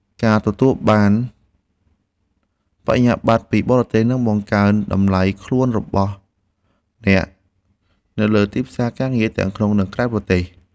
ការទទួលបានសញ្ញាបត្រពីបរទេសនឹងបង្កើនតម្លៃខ្លួនរបស់អ្នកនៅលើទីផ្សារការងារទាំងក្នុងនិងក្រៅប្រទេស។